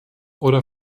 oder